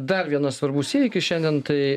dar vienas svarbus įvykis šiandien tai